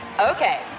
Okay